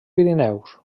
pirineus